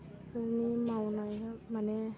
बेफोरनि मावनाया माने